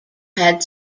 had